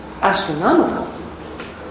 astronomical